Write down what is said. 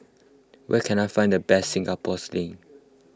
where can I find the best Singapore Sling